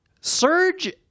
Surge